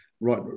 right